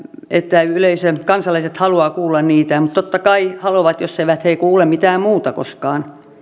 että kansalaiset haluavat kuulla niitä totta kai haluavat jos eivät he kuule mitään muuta koskaan on